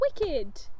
Wicked